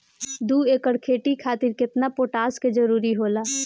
दु एकड़ खेती खातिर केतना पोटाश के जरूरी होला?